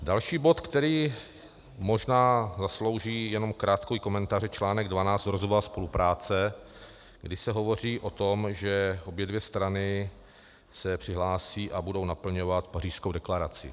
Další bod, který možná zaslouží jen krátký komentář, je článek 12 Rozvojová spolupráce, kdy se hovoří o tom, že obě strany se přihlásí a budou naplňovat Pařížskou deklaraci.